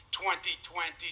2020